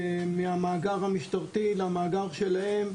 מהמאגר המשטרתי למאגר שלהם,